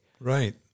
Right